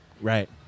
Right